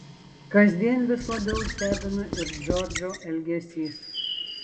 kasdien vis labiau stebino ir džordžo elgesys